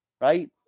right